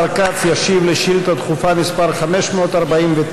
השר כץ ישיב על שאילתה דחופה מס' 549,